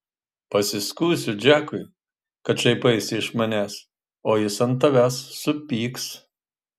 pasiskųsiu džekui kad šaipaisi iš manęs o jis ant tavęs supyks